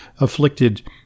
afflicted